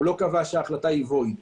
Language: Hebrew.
הוא לא קבע שההחלטה בטלה.